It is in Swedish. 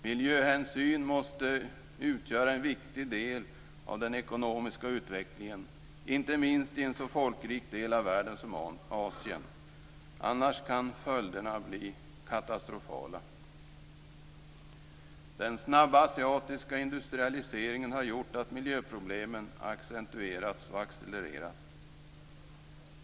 Miljöhänsyn måste utgöra en viktig del av den ekonomiska utvecklingen, inte minst i en så folkrik del av världen som Asien, annars kan följderna bli katastrofala. Den snabba asiatiska industrialiseringen har gjort att miljöproblemen accentuerats och accelererat.